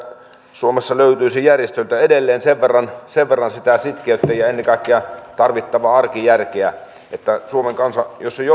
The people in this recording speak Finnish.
suomessa löytyisi järjestöiltä edelleen sen verran sen verran sitä sitkeyttä ja ennen kaikkea tarvittavaa arkijärkeä että sopu syntyisi jos suomen kansa